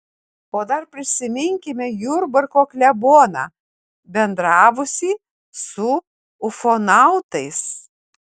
o dar prisiminkime jurbarko kleboną bendravusį su ufonautais